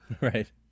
Right